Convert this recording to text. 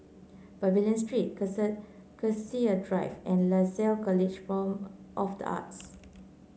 Pavilion Street Cassia Drive and Lasalle College of the Arts